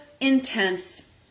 intense